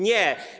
Nie.